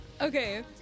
Okay